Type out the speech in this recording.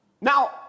Now